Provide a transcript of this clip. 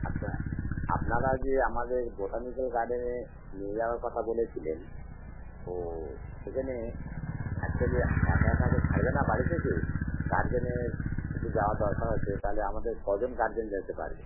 আচ্ছা আপনারা যে আমাদের বোটানিকাল গার্ডেনে নিয়ে যাওয়ার কথা বলেছিলেন তো সেখানে অ্যাকচ্যুয়েলি একা একা তো ছাড়বে না বাড়ি থেকে গার্জেনের একটু যাওয়া দরকার আছে তাহলে আমাদের কজন গার্জেন যেতে পারবে